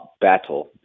battle